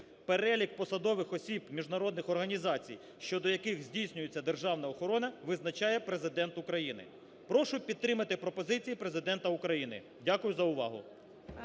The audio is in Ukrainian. "Перелік посадових осіб міжнародних організацій, щодо яких здійснюється державна охорона, визначає Президент України". Прошу підтримати пропозиції Президента України. Дякую за увагу.